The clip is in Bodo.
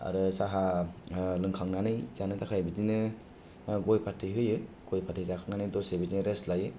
आरो साहा ओ लोंखानानै जानो थाखाय बिदिनो गय फाथै होयो गय फाथै जाखांनानै दसे बिदिनो रेस लायो